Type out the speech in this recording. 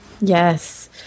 Yes